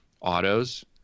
autos